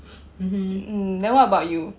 mmhmm